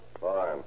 Fine